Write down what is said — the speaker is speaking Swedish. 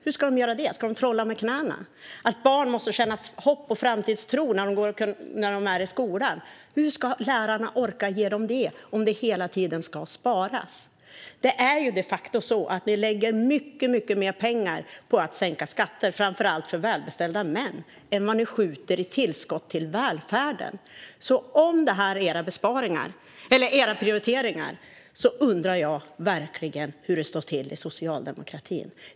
Hur ska de göra det; ska de trolla med knäna? När det gäller att barn måste känna hopp och framtidstro när de är i skolan - hur ska lärarna orka ge dem det om det hela tiden ska sparas? Det är de facto så att ni lägger mycket mer pengar på att sänka skatterna för framför allt välbeställda män än vad ni lägger på tillskott till välfärden, Magdalena Andersson. Om detta är era prioriteringar undrar jag verkligen hur det står till i socialdemokratin.